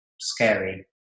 scary